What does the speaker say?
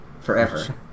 forever